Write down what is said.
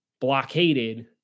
blockaded